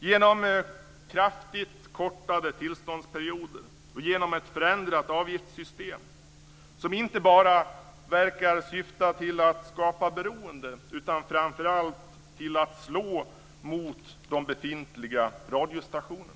Genom kraftigt kortade tillståndsperioder och genom ett förändrat avgiftssystem, som inte verkar syfta bara till att skapa beroende utan också, och framför allt, till att slå mot befintliga radiostationer.